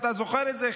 אתה זוכר את זה,